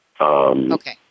Okay